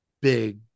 big